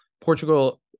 Portugal